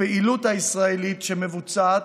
הפעילות הישראלית שמבוצעת,